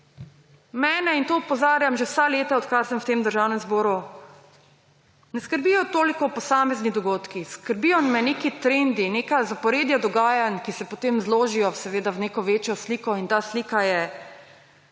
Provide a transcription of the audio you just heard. mene – in to opozarjam že vsa leta, odkar sem v tem državnem zboru – ne skrbijo toliko posamezni dogodki, skrbijo me neki trendi, neka zaporedja dogajanj, ki se potem zložijo seveda v neko večjo sliko. In ta slika je